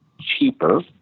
cheaper